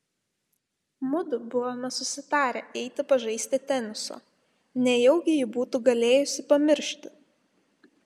mudu buvome susitarę eiti pažaisti teniso nejaugi ji būtų galėjusi pamiršti